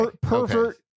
pervert